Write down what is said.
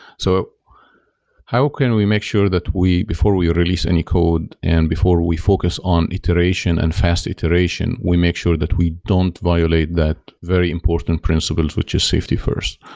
so how can we make sure that before we before we release any code and before we focus on iteration and fast iteration, we make sure that we don't violate that very important principles, which is safety first?